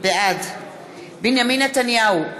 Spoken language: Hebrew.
בעד בנימין נתניהו,